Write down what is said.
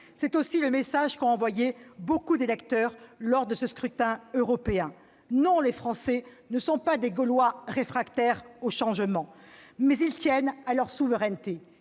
C'est aussi le message qu'ont envoyé beaucoup d'électeurs lors du scrutin européen. Non, les Français ne sont pas des « Gaulois réfractaires » au changement ! Mais ils tiennent à leur souveraineté,